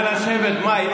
נא לשבת, מאי.